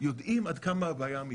יודעים עד כמה הבעיה אמיתית,